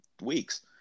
weeks